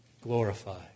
glorified